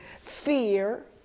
fear